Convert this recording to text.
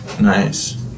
Nice